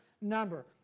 number